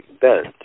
bent